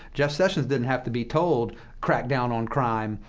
jeff sessions didn't have to be told crack down on crime.